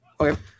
Okay